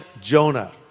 Jonah